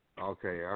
Okay